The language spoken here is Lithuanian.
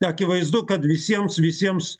akivaizdu kad visiems visiems